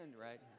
right